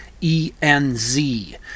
E-N-Z